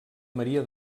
maria